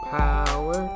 power